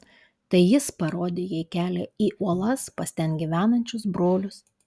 tai jis parodė jai kelią į uolas pas ten gyvenančius brolius